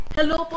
Hello